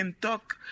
talk